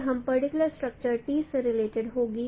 फिर यह particular structure t से रिलेटिड होगी